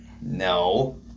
No